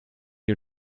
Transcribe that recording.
you